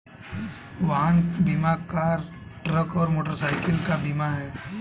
वाहन बीमा car, truck और मोटरसाइकिल का बीमा है